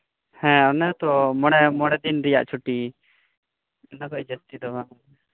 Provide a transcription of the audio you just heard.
ᱦᱮᱸ ᱚᱱᱮ ᱛᱚ ᱢᱚᱬᱮ ᱫᱤᱱ ᱨᱮᱭᱟᱜ ᱪᱷᱩᱴᱤ ᱚᱱᱟ ᱠᱷᱚᱡ ᱡᱟᱹᱥᱛᱤ ᱫᱚ ᱵᱟᱝ